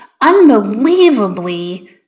unbelievably